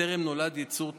בטרם נולד יצור תקין,